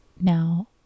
Now